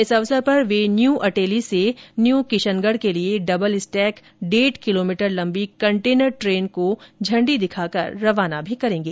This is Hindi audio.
इस अवसर पर वे न्यू अटेली से न्यू किशनगढ़ के लिए डबल स्टैक डेढ़ किलोमीटर लंबी कंटेनर ट्रेन को इांडी दिखाकर रवाना भी करेंगे